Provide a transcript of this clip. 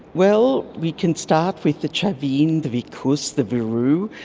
well, we can start with the chavin, the vicus, the viru,